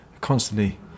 Constantly